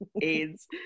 AIDS